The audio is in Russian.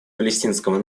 палестинского